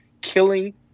killing